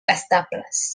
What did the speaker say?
estables